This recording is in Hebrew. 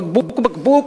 בקבוק-בקבוק,